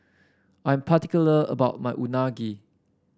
I'm particular about my Unagi